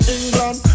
England